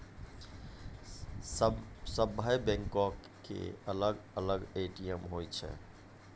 सभ्भे बैंको के अलग अलग ए.टी.एम रहै छै